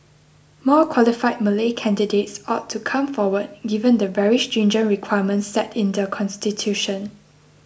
more qualified Malay candidates ought to come forward given the very stringent requirements set in the constitution